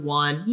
one